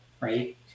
right